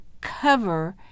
cover